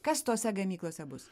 kas tose gamyklose bus